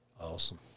Awesome